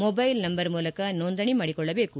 mobile number ಮೂಲಕ ನೊಂದಣಿ ಮಾಡಿಕೊಳ್ಳಬೇಕು